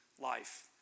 life